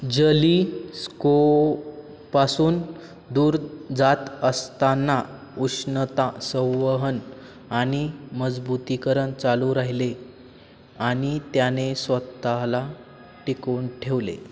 जलीस्कोपासून दूर जात असताना उष्णता संवहन आणि मजबूतीकरण चालू राहिले आणि त्याने स्वतःला टिकवून ठेवले